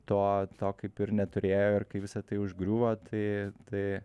to to kaip ir neturėjo ir kai visa tai užgriuvo tai tai